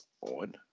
on